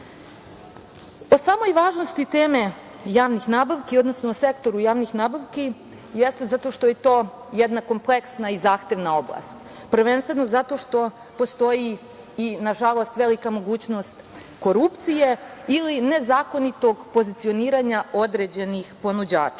samoj važnosti teme javnih nabavki, odnosno sektoru javnih nabavki jeste zato što je to jedna kompleksna i zahtevna oblast, prvenstveno zato što postoji i, nažalost, velika mogućnost korupcije ili nezakonitog pozicioniranja određenih ponuđača.